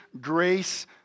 grace